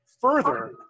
further